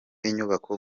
inyubako